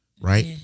right